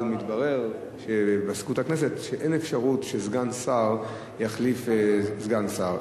אבל מתברר במזכירות הכנסת שאין אפשרות שסגן שר יחליף סגן שר.